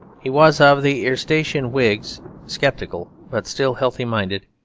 he was of the erastian whigs, sceptical but still healthy-minded,